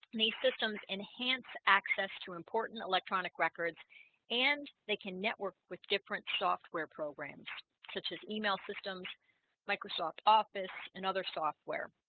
these systems enhance access to important electronic records and they can network with different software programs such as email systems microsoft office and other software